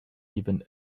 even